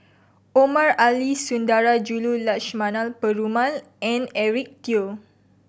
Omar Ali Sundarajulu Lakshmana Perumal and Eric Teo